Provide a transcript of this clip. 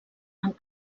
amb